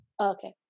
Okay